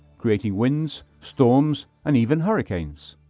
creating winds, storms, and even hurricanes.